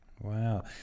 Wow